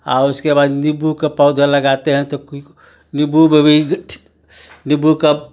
उसके बाद नीम्बू का पौधा लगाते है तो नीम्बू में भी नीम्बू का